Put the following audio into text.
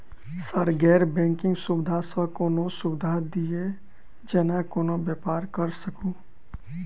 Sir गैर banking सुविधा सँ कोनों सुविधा दिए जेना कोनो व्यापार करऽ सकु?